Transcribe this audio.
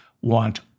want